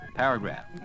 paragraph